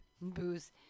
booze